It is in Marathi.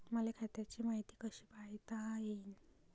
मले खात्याची मायती कशी पायता येईन?